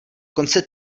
konce